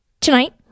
Tonight